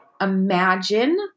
imagine